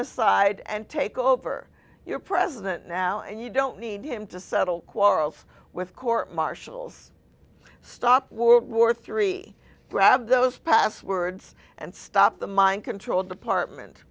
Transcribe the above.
aside and take over your president now and you don't need him to settle quarrels with court martials stop world war three grab those passwords and stop the mind control department